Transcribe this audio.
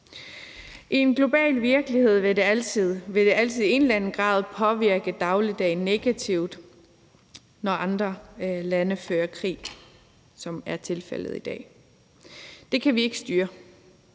I en global virkelighed vil det altid i en eller anden grad påvirke dagligdagen negativt, når andre lande fører krig, som det er tilfældet i dag. Det kan vi ikke styre.